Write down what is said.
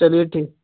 चलिए ठीक